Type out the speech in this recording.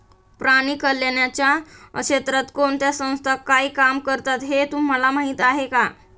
प्राणी कल्याणाच्या क्षेत्रात कोणत्या संस्था काय काम करतात हे तुम्हाला माहीत आहे का?